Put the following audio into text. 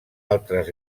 altres